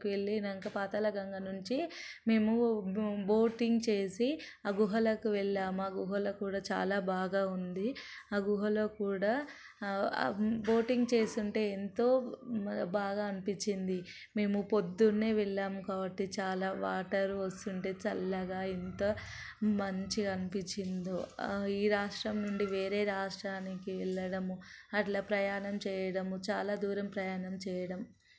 వెళ్ళినంక పాతాళ గంగ నుంచి మేము బోటింగ్ చేసి ఆ గుహలకు వెళ్ళాము ఆ గుహలు కూడా చాలా బాగా ఉంది ఆ గుహలో కూడా బోటింగ్ చేసుంటే ఎంతో బాగా అనిపిచ్చింది మేము పొద్దున్నే వెళ్ళాము కాబట్టి చాలా వాటర్ వస్తుంటే చల్లగా ఎంత మంచిగా అనిపిచ్చిందో ఈ రాష్ట్రం నుండి వేరే రాష్ట్రానికి వెళ్ళడం అట్ల ప్రయాణం చేయడం చాలా దూరం ప్రయాణం చేయడం